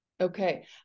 Okay